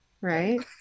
right